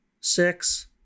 six